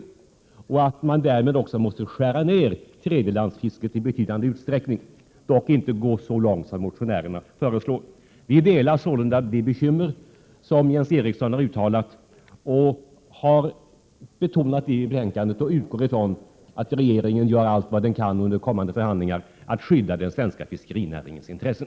Det innebär att vi också i betydande utsträckning måste skära ned tredje lands fiske, dock inte gå så långt som motionärerna föreslår. Vi delar sålunda den oro som Jens Eriksson har uttalat, och vi har betonat detta i betänkandet. Vi utgår från att regeringen gör allt vad den kan under kommande förhandlingar för att skydda den svenska fiskerinäringens intressen.